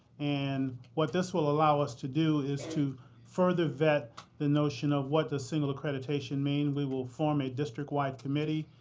and what this will allow us to do is to further vet the notion of what the single accreditation means. we will form a districtwide committee,